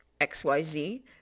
XYZ